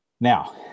Now